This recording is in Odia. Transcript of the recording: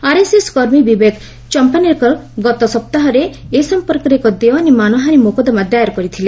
ଆର୍ଏସ୍ଏସ୍ କର୍ମୀ ବିବେକ ଚମ୍ପାନେର୍କର ଗତ ସପ୍ତାହରେ ଏ ସମ୍ପର୍କରେ ଏକ ଦେୱାନୀ ମାନହାନି ମୋକଦ୍ଦମା ଦାୟର୍ କରିଥିଲେ